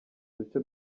duce